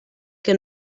que